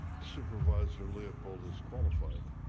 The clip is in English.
supervisor leopold is qualified,